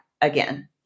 again